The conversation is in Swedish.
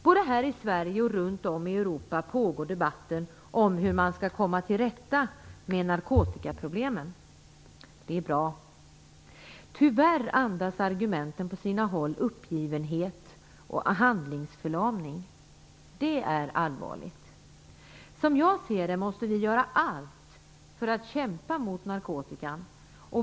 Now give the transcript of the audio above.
Både här i Sverige och runt om i Europa pågår debatten om hur man skall komma till rätta med narkotikaproblemen. Det är bra. Tyvärr andas argumenten på sina håll uppgivenhet och handlingsförlamning. Det är allvarligt. Som jag ser det måste vi göra allt för att kämpa mot narkotikan.